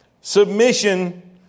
Submission